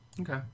Okay